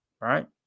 right